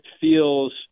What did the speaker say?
feels